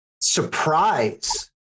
surprise